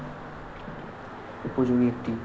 উপযোগী একটি